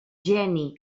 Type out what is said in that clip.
geni